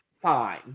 fine